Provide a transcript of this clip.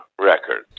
records